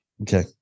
Okay